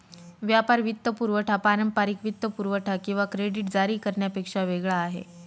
व्यापार वित्तपुरवठा पारंपारिक वित्तपुरवठा किंवा क्रेडिट जारी करण्यापेक्षा वेगळा आहे